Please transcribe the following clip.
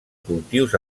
cultius